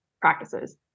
practices